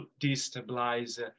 destabilize